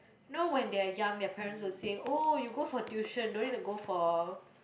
no when they're young their parents will say oh you go for tuition no need to go for